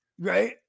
Right